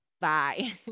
bye